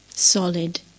solid